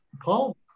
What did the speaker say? Paul